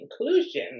inclusion